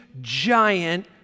giant